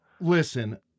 Listen